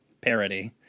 Parody